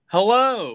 Hello